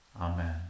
Amen